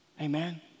Amen